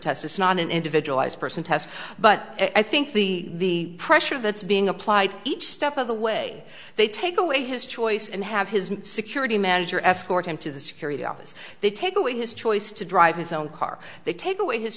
test it's not an individualized person test but i think the pressure that's being applied each step of the way they take away his choice and have his security manager escort him to the security office they take away his choice to drive his own car they take away his